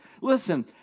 Listen